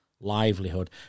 livelihood